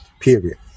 period